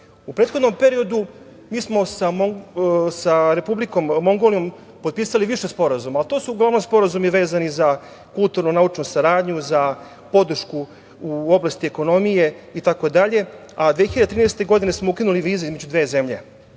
prethodnom periodu mi smo sa Republikom Mongolijom potpisali više sporazuma, a to su uglavnom sporazumi vezani za kulturno-naučnu saradnju, za podršku u oblasti ekonomije itd, a 2013. godine smo ukinuli vize između dve zemlje. Ono